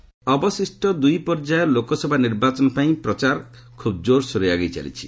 campaigning ଅବଶିଷ୍ଟ ଦୁଇ ପର୍ଯ୍ୟାୟ ଲୋକସଭା ନିର୍ବାଚନ ପାଇଁ ପ୍ରଚାର ଖୁବ୍ ଜୋରସୋରରେ ଆଗେଇ ଚାଲିଛି